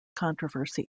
controversy